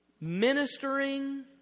ministering